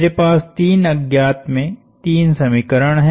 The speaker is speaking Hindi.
मेरे पास तीन अज्ञात में तीन समीकरण हैं